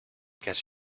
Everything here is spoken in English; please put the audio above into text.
get